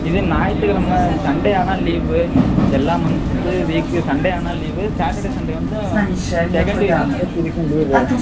இதே ஞாயிற்று கெழம சண்டே ஆனா லீவு எல்லா மன்த்து வீக்கு சண்டே ஆனா லீவு ஸாட்டர்டே சண்டே வந்தும் செகெண்ட் வீக்கும் ஃபோர்த்து வீக்கும் லீவு